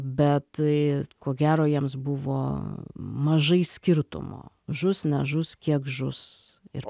bet tai ko gero jiems buvo mažai skirtumo žus nežus kiek žus ir